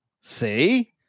See